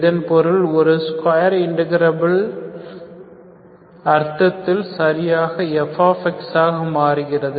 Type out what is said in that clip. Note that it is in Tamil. இதன் பொருள் ஒரு ஸ்கொயர் இன்டகிரேபிள் அர்த்தத்தில் சராசரியாக fஆக மாறுகிறது